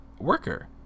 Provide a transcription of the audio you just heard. worker